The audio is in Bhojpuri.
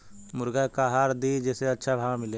मुर्गा के का आहार दी जे से अच्छा भाव मिले?